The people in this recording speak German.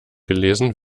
gelesen